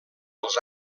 als